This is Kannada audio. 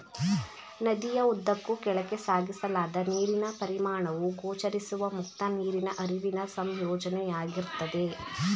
ನದಿಯ ಉದ್ದಕ್ಕೂ ಕೆಳಕ್ಕೆ ಸಾಗಿಸಲಾದ ನೀರಿನ ಪರಿಮಾಣವು ಗೋಚರಿಸುವ ಮುಕ್ತ ನೀರಿನ ಹರಿವಿನ ಸಂಯೋಜನೆಯಾಗಿರ್ತದೆ